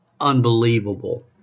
unbelievable